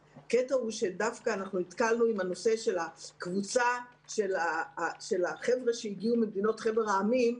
דווקא נתקלנו בבעיה עם הקבוצה של החבר'ה שהגיעו ממדינות חבר העמים,